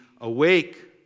awake